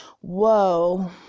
Whoa